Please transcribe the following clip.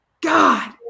God